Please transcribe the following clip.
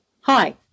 Hi